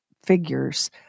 figures